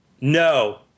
No